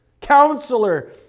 Counselor